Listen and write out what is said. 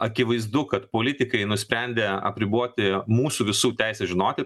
akivaizdu kad politikai nusprendė apriboti mūsų visų teisę žinoti